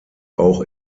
auch